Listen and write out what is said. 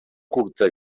curta